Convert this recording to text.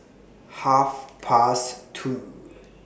Half Past two